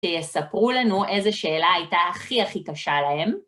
שיספרו לנו איזה שאלה הייתה הכי הכי קשה להם.